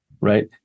right